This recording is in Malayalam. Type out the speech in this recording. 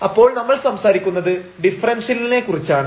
അപ്പോൾ നമ്മൾ സംസാരിക്കുന്നത് ഡിഫറൻഷ്യലിനെ കുറിച്ചാണ്